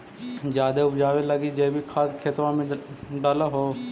जायदे उपजाबे लगी जैवीक खाद खेतबा मे डाल हो?